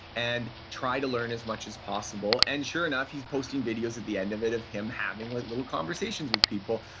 and try to learn as much as possible. and sure enough, he's posting videos at the end of it of him having like little conversations with people,